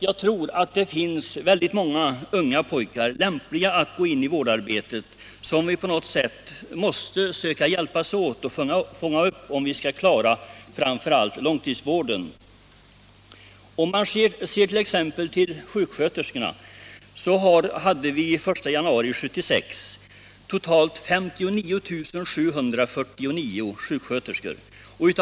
Jag tror att det finns många unga pojkar som är lämpliga att gå in i detta arbete, och vi måste försöka hjälpas åt för att fånga upp dessa, om vi skall kunna klara framför allt långtidsvården. Låt mig peka på att det den 1 januari 1976 fanns totalt 59 749 sjuksköterskor i landet.